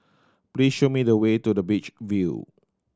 please show me the way to the Beach View